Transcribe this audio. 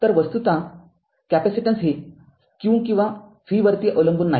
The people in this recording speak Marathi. तर वस्तुतः कॅपेसिटन्स हे q किंवा v वरती अवलंबून नाही